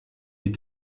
die